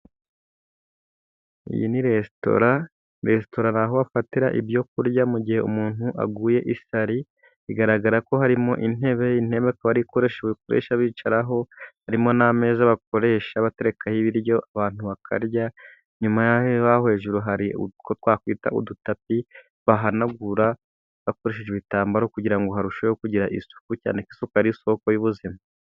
Iyi ni resitora resuran hari aho bafatira ibyo kurya mu gihe umuntu aguye isari. Bigaragara ko harimo intebe. Intebe akaba ibikoresho bakoresha bicaraho. Harimo n'ameza bakoresha baterekaho ibiryo, abantu bakarya nyuma y'aho bahuwe hejuru hari twakwita udutapi bahanagura bakoreshejwe ibitambaro kugirango ngo harusheho kugira isuku cyane isuku ari isoko y'ubuzima.